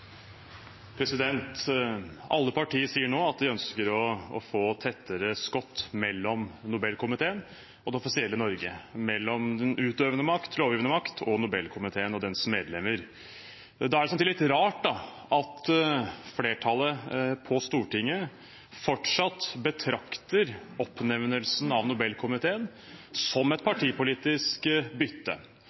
Alle partier sier nå at de ønsker å få tettere skott mellom Nobelkomiteen og det offisielle Norge – mellom den utøvende makt, lovgivende makt og Nobelkomiteen og dens medlemmer. Da er det samtidig litt rart at flertallet på Stortinget fortsatt betrakter oppnevnelsen av Nobelkomiteen som et partipolitisk bytte,